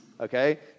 Okay